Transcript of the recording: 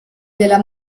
della